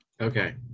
Okay